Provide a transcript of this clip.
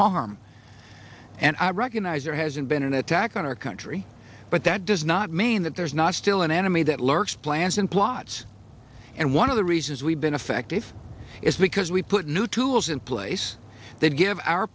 harm and i recognize there hasn't been an attack on our country but that does not mean that there's not still an enemy that lurks plans and plots and one of the reasons we've been effective is because we put new tools in place that give